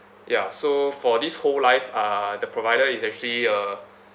ya so for this whole life uh the provider is actually uh